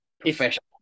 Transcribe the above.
professional